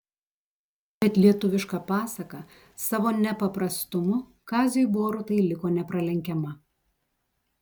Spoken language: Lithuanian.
bet lietuviška pasaka savo nepaprastumu kaziui borutai liko nepralenkiama